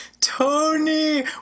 tony